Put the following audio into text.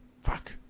Fuck